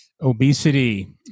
obesity